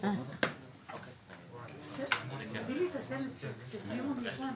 12:20 ונתחדשה בשעה